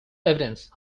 evidence